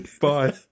Bye